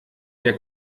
der